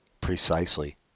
Precisely